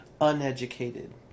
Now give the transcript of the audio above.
uneducated